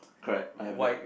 correct I have that